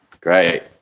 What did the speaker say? Great